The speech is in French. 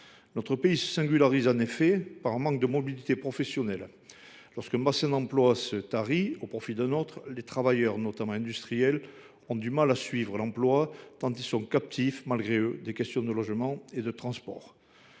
Notre pays se singularise en effet par un manque de mobilité professionnelle. Lorsqu’un bassin d’emploi se tarit au profit d’un autre, les travailleurs, notamment industriels, ont du mal à suivre l’emploi tant ils sont captifs, malgré eux, des logements et des transports.